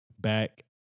back